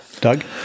Doug